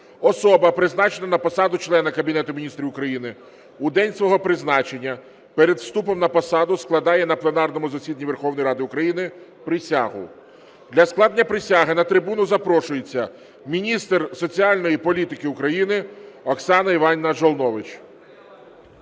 особа, призначена на посаду члена Кабінету Міністрів України, у день свого призначення перед вступом на посаду складає на пленарному засіданні Верховної Ради України присягу. Для складення присяги на трибуну запрошується міністр соціальної політики України Оксана Іванівна Жолнович.